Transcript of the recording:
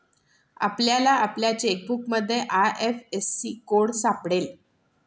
आपल्याला आपल्या चेकबुकमध्ये आय.एफ.एस.सी कोड सापडेल